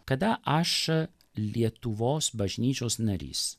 kada aš lietuvos bažnyčios narys